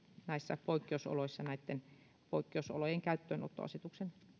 näissä poikkeusoloissa tätä poikkeusolojen käyttöönottoasetuksen